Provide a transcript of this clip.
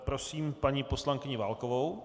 Prosím paní poslankyni Válkovou.